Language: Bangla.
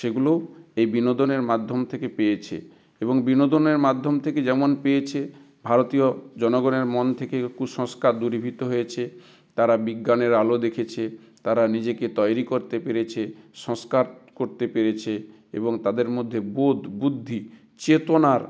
সেগুলোও এই বিনোদনের মাধ্যম থেকে পেয়েছে এবং বিনোদনের মাধ্যম থেকে যেমন পেয়েছে ভারতীয় জনগণের মন থেকে কুসংস্কার দূরীভূত হয়েছে তারা বিজ্ঞানের আলো দেখেছে তারা নিজেকে তৈরি করতে পেরেছে সংস্কার করতে পেরেছে এবং তাদের মধ্যে বোধ বুদ্ধি চেতনার